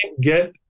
get